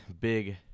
big